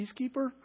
peacekeeper